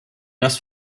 das